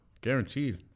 Guaranteed